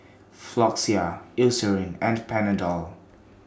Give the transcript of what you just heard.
Floxia Eucerin and Panadol